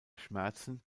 schmerzen